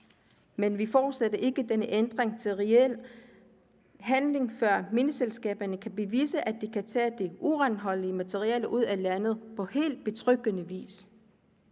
men vi gør ikke den ændring til reel handling, før mineselskaberne kan bevise, at de kan tage de uranholdige materialer ud af landet på helt betryggende vis,